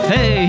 Hey